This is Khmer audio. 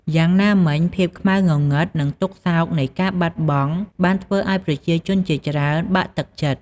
យ៉ាងណាមិញ ភាពខ្មៅងងឹត និងទុក្ខសោកនៃការបាត់បង់បានធ្វើឲ្យប្រជាជនជាច្រើនបាក់ទឹកចិត្ត។